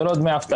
זה לא דמי אבטלה.